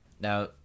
Now